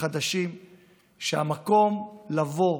החדשים שהמקום לבוא,